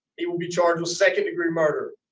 it will be charged with second degree murder.